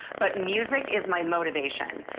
but music is my motivation.